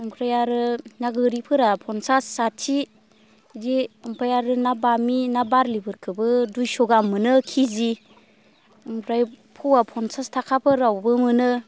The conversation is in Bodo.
ओमफ्राय आरो ना गोरिफोरा फन्सास साथि बिदि ओमफ्राय आरो ना बामि ना बारलिफोरखौबो दुइस' गाहाम मोनो के जि ओमफ्राय फवा फन्सास थाखाफोरावबो मोनो